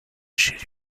chez